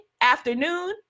afternoon